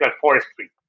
forestry